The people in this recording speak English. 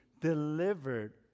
delivered